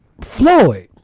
Floyd